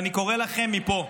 אני קורא לכם מפה: